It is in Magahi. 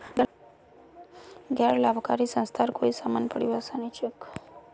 गैर लाभकारी संस्थार कोई समान परिभाषा नी छेक